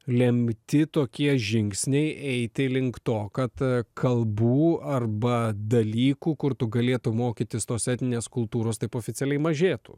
lemti tokie žingsniai eiti link to kad kalbų arba dalykų kur tu galėtum mokytis tos etninės kultūros taip oficialiai mažėtų